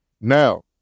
Now